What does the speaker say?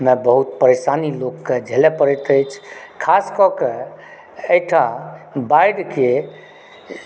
मे बहुत परेशानी लोककेंँ झेलए पड़ैत अछि खास कए कऽ एकटा बाढ़िके